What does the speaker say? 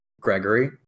Gregory